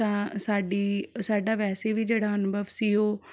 ਤਾਂ ਸਾਡੀ ਸਾਡਾ ਵੈਸੇ ਵੀ ਜਿਹੜਾ ਅਨੁਭਵ ਸੀ ਉਹ